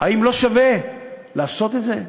האם לא שווה לעשות את זה?